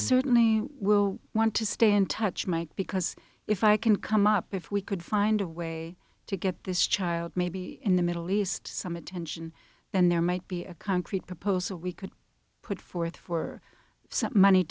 certainly will want to stay in touch mike because if i can come up if we could find a way to get this child maybe in the middle east some attention then there might be a concrete proposal we could put forth for some money